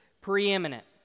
preeminent